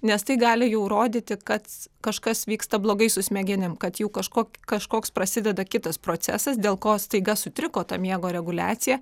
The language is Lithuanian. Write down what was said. nes tai gali jau rodyti kad kažkas vyksta blogai su smegenim kad jau kažko kažkoks prasideda kitas procesas dėl ko staiga sutriko miego reguliacija